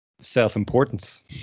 Self-importance